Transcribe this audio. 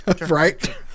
Right